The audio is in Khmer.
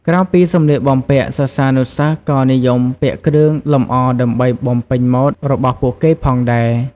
ក្រៅពីសម្លៀកបំពាក់ សិស្សានុសិស្សក៏និយមពាក់គ្រឿងលម្អដើម្បីបំពេញម៉ូដរបស់ពួកគេផងដែរ។